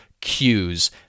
cues